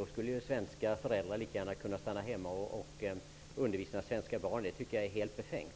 att svenska föräldrar lika gärna kan stanna hemma och undervisa svenska barn är helt befängd.